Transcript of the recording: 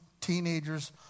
teenagers